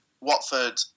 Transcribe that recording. Watford